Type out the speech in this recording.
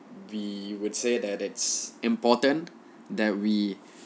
we would say that it's important that we